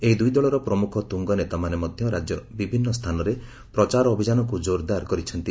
ଏହି ଦୁଇଦଳର ପ୍ରମୁଖ ତୁଙ୍ଗନେତାମାନେ ମଧ୍ୟ ରାଜ୍ୟର ବିଭିନ୍ନ ସ୍ଥାନରେ ପ୍ରଚାର ଅଭିଯାନକୁ କୋରଦାର କରିଛନ୍ତି